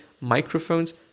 microphones